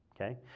Okay